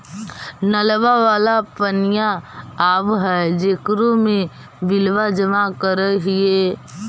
नलवा वाला पनिया आव है जेकरो मे बिलवा जमा करहिऐ?